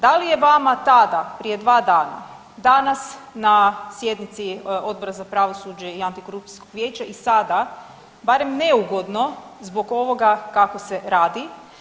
Da li je vama tada prije dva dana danas na sjednici Odbora za pravosuđe i Antikorupcijskog vijeća i sada barem neugodno zbog ovoga kako se radi?